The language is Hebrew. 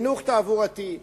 חינוך תעבורתי,